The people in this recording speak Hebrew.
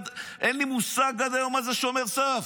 אין לי מושג עד היום הזה מה זה שומר סף.